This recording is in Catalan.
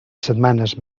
setmanes